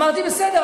אמרתי: בסדר,